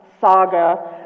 saga